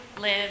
live